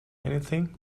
anything